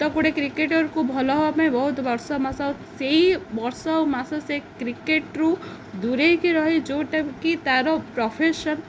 ତ ଗୋଟେ କ୍ରିକେଟର୍କୁ ଭଲ ହେବା ପାଇଁ ବହୁତ ବର୍ଷ ମାସ ସେଇ ବର୍ଷ ମାସ ସେ କ୍ରିକେଟ୍ରୁୁ ଦୂରାଇକି ରହେ ଯେଉଁଟା କି ତା'ର ପ୍ରଫେସନ୍